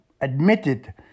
admitted